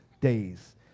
days